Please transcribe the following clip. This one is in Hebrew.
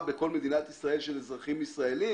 בכל מדינת ישראל של אזרחים ישראלים.